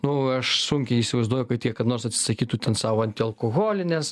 nu aš sunkiai įsivaizduoju kad jie kada nors atsisakytų ten savo antialkoholinės